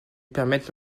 permettent